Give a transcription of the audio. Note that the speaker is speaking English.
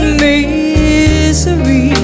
misery